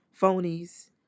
phonies